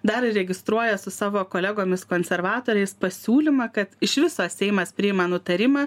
dar ir registruoja su savo kolegomis konservatoriais pasiūlymą kad iš viso seimas priima nutarimą